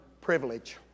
privilege